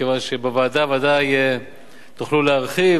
מכיוון שבוועדה ודאי תוכלו להרחיב,